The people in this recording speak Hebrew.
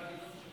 חברי הכנסת,